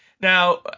Now